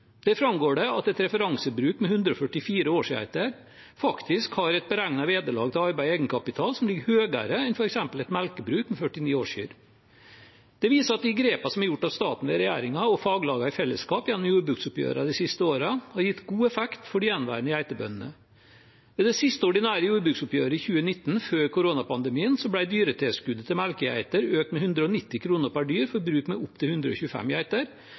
framgår det at et referansebruk med 144 årsgeiter faktisk har et beregnet vederlag til arbeid og egenkapital som ligger høyere enn f.eks. et melkebruk med 49 årskyr. Det viser at de grepene som er tatt av staten ved regjeringen og faglagene i fellesskap gjennom jordbruksoppgjørene de siste årene, har gitt god effekt for de gjenværende geitebøndene. I det siste ordinære jordbruksoppgjøret, i 2019, før koronapandemien, ble dyretilskuddet til melkegeiter økt med 190 kr per dyr for bruk med opptil 125 geiter